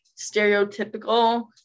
stereotypical